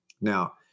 Now